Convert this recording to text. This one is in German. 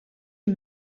die